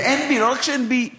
ואין בי, לא רק שאין בי געגוע,